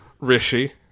Rishi